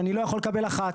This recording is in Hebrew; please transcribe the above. אני לא יכולה לקבל אחת.